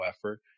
effort